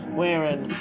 wearing